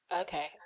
Okay